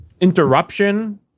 interruption